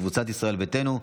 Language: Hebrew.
קבוצת סיעת ישראל ביתנו,